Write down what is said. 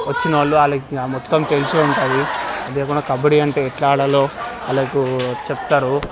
వచ్చినోళ్ళు వాళ్లకి ఇక మొత్తం తెలిసి ఉంటుంది అంటే ఇప్పుడు కబడ్డీ అంటే ఎట్ల ఆడాలో వాళ్లకి చెప్తారు